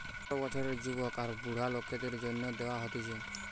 আঠারো বছরের যুবক আর বুড়া লোকদের জন্যে দেওয়া হতিছে